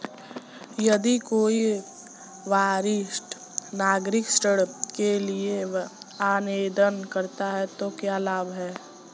यदि कोई वरिष्ठ नागरिक ऋण के लिए आवेदन करता है तो क्या लाभ हैं?